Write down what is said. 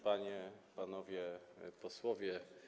Panie i Panowie Posłowie!